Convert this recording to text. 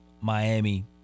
Miami